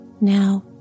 Now